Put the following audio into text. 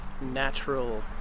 natural